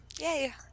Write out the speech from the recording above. yay